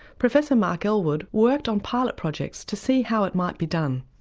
professor mark elwood worked on pilot projects to see how it might be done.